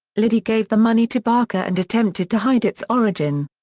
liddy gave the money to barker and attempted to hide its origin.